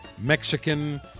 Mexican